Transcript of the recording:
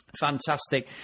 Fantastic